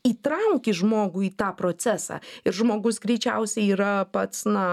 įtrauki žmogų į tą procesą ir žmogus greičiausiai yra pats na